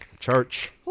Church